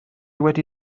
wedi